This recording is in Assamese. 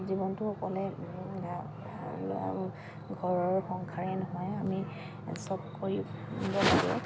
জীৱনটো অকলে ঘৰৰ সংসাৰেই নহয় আমি চব কৰিব লাগে